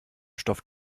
stoff